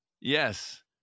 Yes